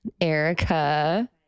Erica